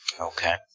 Okay